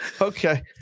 okay